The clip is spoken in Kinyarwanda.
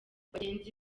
bagenzi